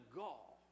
gall